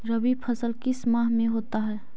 रवि फसल किस माह में होता है?